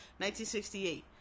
1968